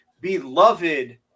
beloved